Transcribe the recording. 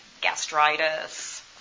gastritis